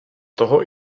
toho